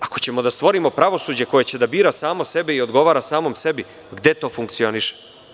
Ako ćemo da stvorimo pravosuđe koje će da bira samo sebe i odgovara samom sebi, gde to funkcioniše?